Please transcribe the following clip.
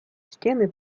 стены